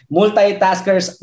Multitaskers